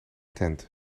tent